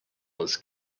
was